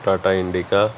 Tata Indica